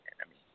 enemy